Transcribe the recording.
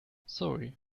sorry